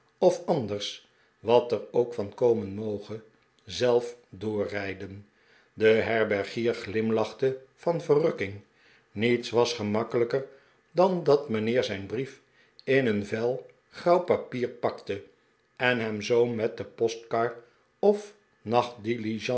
of anders wat er ook van komen moge zelf doorrijden de herbergier glimlachte van verrukking niets was gemakkelijker dan dat mijnheer zijn brief in een vel grauw papier pakte en hem zoo met de postkar of